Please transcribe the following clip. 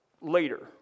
later